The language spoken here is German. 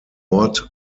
ort